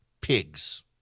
pigs